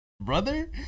brother